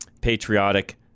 patriotic